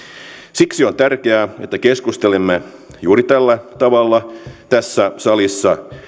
siksi on tärkeää että keskustelemme juuri tällä tavalla tässä salissa